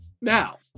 Now